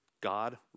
God